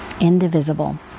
indivisible